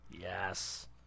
Yes